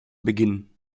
beginnen